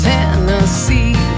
Tennessee